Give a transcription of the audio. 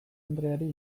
andreari